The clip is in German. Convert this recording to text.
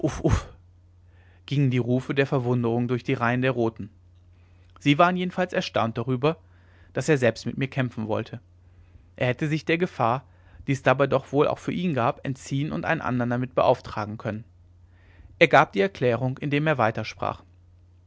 gingen die rufe der verwunderung durch die reihen der roten sie waren jedenfalls erstaunt darüber daß er selbst mit mir kämpfen wollte er hätte sich der gefahr die es dabei doch wohl auch für ihn gab entziehen und einen andern damit beauftragen können er gab die erklärung indem er